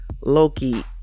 Loki